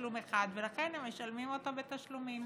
בתשלום אחד, ולכן הם משלמים אותו בתשלומים.